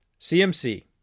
cmc